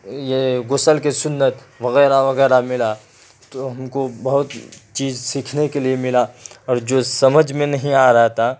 یہ غسل کی سنت وغیرہ وغیرہ ملا تو ہم کو بہت چیز سیکھنے کے لیے ملا اور جو سمجھ میں نہیں آ رہا تھا